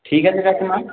ঠিক আছে কাকিমা